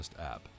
app